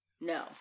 No